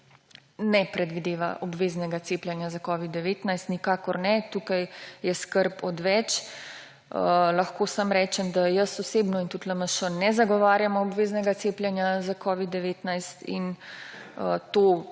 ne predvideva obveznega cepljenja za covid-19, nikakor ne, tukaj je skrb odveč. Lahko samo rečem, da jaz osebno in tudi LMŠ, ne zagovarjamo obveznega cepljenja za covid-19, to